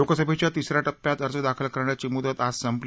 लोकसभेच्या तिसऱ्या टप्प्यात अर्ज दाखल करण्याची मुदत आज संपली